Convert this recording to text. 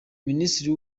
minisitiri